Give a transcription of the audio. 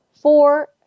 four